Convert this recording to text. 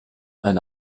and